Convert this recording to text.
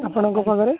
ଆପଣଙ୍କ ପାଖରେ